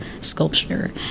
sculpture